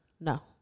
No